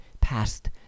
past